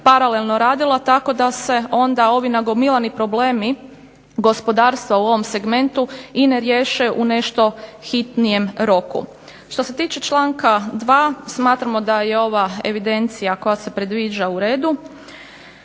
tako da se ovi nagomilani problemi gospodarstva u ovom segmentu i ne riješe u nešto hitnijem roku? Što se tiče članka 2. smatramo da je ova evidencija koja se predviđa uredu.